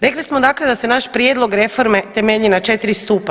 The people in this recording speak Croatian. Rekli smo dakle da se naš prijedlog reforme temelji na 4 stupa.